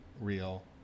real